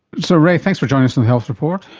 so ray, thanks for joining us on the health report.